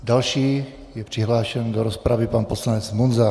Další je přihlášen do rozpravy pan poslanec Munzar.